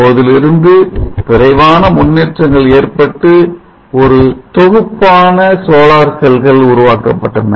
அப்போதிலிருந்து விரைவான முன்னேற்றங்கள் ஏற்பட்டு ஒரு தொகுப்பான சோலார் செல்கள் உருவாக்கப்பட்டன